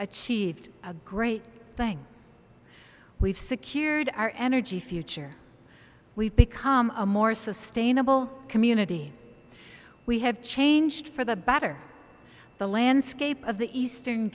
achieved a great thing we've secured our energy future we've become a more sustainable community we have changed for the better the landscape of the eastern